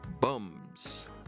bums